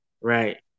Right